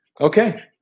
Okay